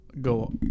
go